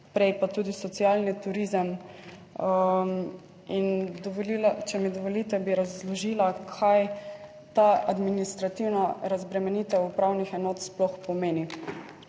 prej pa tudi socialni turizem in če mi dovolite, bi razložila kaj ta administrativna razbremenitev upravnih enot sploh pomeni.